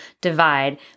divide